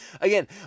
again